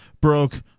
broke